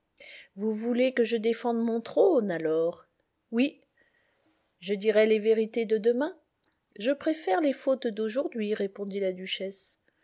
vous voulez que je défende mon trône alors oui je dirai les vérités de demain je préfère les fautes d'aujourd'hui répondit la duchesse